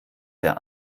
der